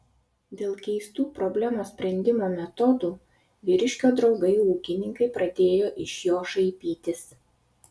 dėl keistų problemos sprendimo metodų vyriškio draugai ūkininkai pradėjo iš jo šaipytis